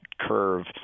curve